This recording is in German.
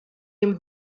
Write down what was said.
dem